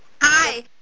Hi